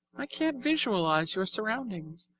i can't visualize your surroundings.